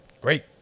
Great